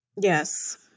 Yes